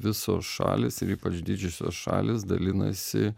visos šalys ir ypač didžiosios šalys dalinasi